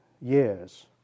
years